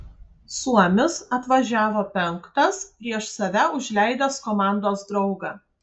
suomis atvažiavo penktas prieš save užleidęs komandos draugą